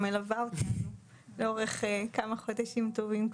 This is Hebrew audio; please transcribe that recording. שמלווה אותנו לאורך כמה חודשים טובים,